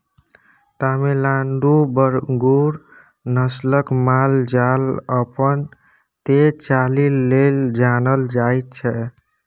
तमिलनाडुक बरगुर नस्लक माल जाल अपन तेज चालि लेल जानल जाइ छै